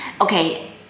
Okay